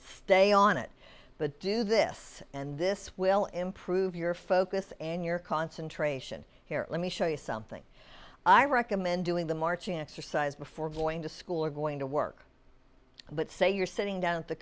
stay on it but do this and this will improve your focus and your concentration here let me show you something i recommend doing the marching exercise before going to school or going to work but say you're sitting down at the